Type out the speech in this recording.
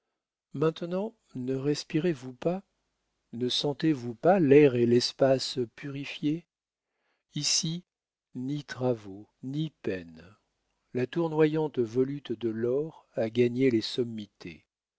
maintenant ne respirez vous pas ne sentez-vous pas l'air et l'espace purifiés ici ni travaux ni peines la tournoyante volute de l'or a gagné les sommités